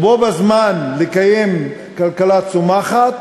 ובו בזמן לקיים כלכלה צומחת.